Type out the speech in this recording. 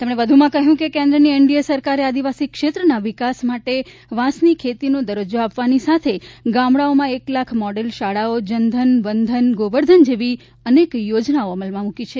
તેમણે વધુમાં જણાવ્યું છે કે કેન્દ્રની એનડીએ સરકારે આદિવાસી ક્ષેત્રના વિકાસ માટે વાંસની ખેતીનો દરજજો આપવાની સાથે ગામડાંઓમાં એક લાખ મોડેલ શાળાઓ જનધન વનધન ગોવર્ધન જેવી અનેક યોજનાઓ અમલમાં મૂકી છે